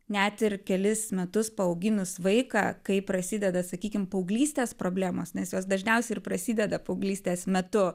net ir kelis metus paauginus vaiką kai prasideda sakykim paauglystės problemos nes jos dažniausiai ir prasideda paauglystės metu